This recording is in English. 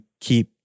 keep